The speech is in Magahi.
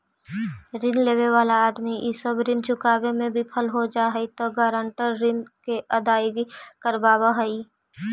ऋण लेवे वाला आदमी इ सब ऋण चुकावे में विफल हो जा हई त गारंटर ऋण के अदायगी करवावऽ हई